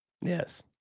Yes